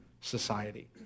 society